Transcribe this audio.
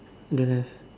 don't have